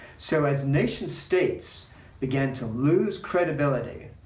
so, as nation states began to lose credibility,